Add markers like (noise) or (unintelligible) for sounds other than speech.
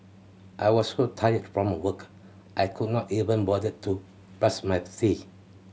I was so tired from work I could not even bother to brush my (unintelligible) teeth